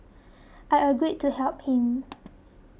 I agreed to help him